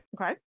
Okay